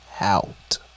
out